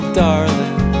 darling